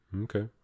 Okay